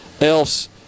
else